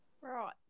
Right